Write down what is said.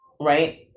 right